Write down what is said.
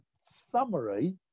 summary